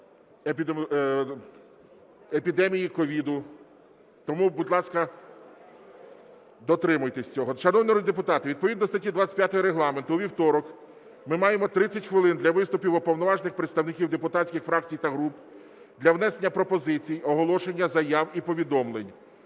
епідемії СOVID. Тому, будь ласка, дотримуйтеся цього. Шановні народні депутати, відповідно до статті 25 Регламенту у вівторок ми маємо 30 хвилин для виступів уповноважених представників депутатських фракцій та груп для внесення пропозицій, оголошення заяв і повідомлень.